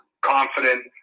confident